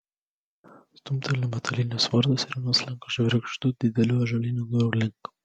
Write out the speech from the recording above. stumteliu metalinius vartus ir nuslenku žvirgždu didelių ąžuolinių durų link